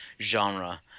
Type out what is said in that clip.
genre